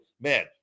man